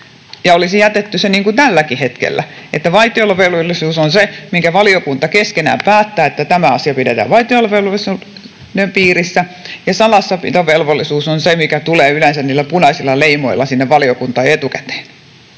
olisi jätetty se niin kuin tälläkin hetkellä, että vaitiolovelvollisuus koskee sitä, mistä valiokunta keskenään päättää, että tämä asia pidetään vaitiolovelvollisuuden piirissä, ja salassapitovelvollisuus koskee sitä, mikä tulee yleensä niillä punaisilla leimoilla sinne valiokuntaan jo etukäteen.